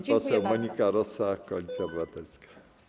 Pani poseł Monika Rosa, Koalicja Obywatelska.